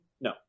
No